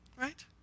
Right